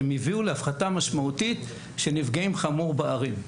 הן הביאו להפחתה משמעותית של נפגעים חמור בערים.